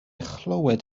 chlywed